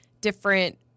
different